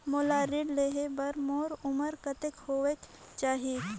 मोला ऋण लेहे बार मोर उमर कतेक होवेक चाही?